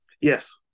Yes